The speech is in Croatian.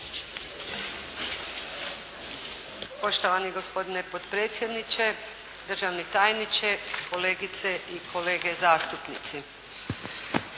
Poštovani gospodine potpredsjedniče, državni tajniče, kolegice i kolege zastupnici.